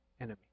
enemy